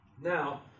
now